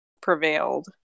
prevailed